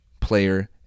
player